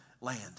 land